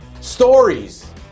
stories